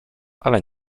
ale